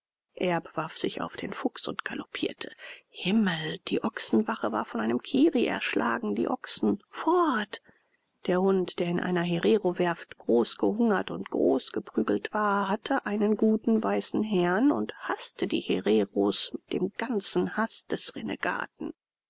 erb warf sich auf den fuchs und galoppierte himmel die ochsenwache war von einem kirri erschlagen die ochsen fort der hund der in einer hererowerft großgehungert und großgeprügelt war hatte einen guten weißen herrn und haßte die hereros mit dem ganzen haß des renegaten